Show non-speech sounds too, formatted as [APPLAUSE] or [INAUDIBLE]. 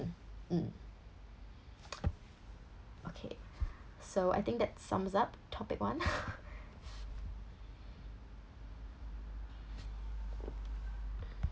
mm [NOISE] okay so I think that sums up topic one [LAUGHS]